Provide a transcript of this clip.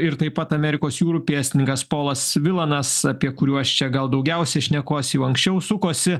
ir taip pat amerikos jūrų pėstininkas polas vilanas apie kuriuos čia gal daugiausiai šnekos jau anksčiau sukosi